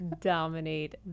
dominate